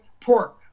pork